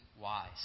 wise